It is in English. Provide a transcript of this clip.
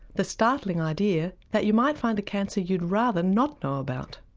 the startling idea that you might find a cancer you'd rather not know about.